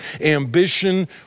ambition